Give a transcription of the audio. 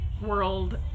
world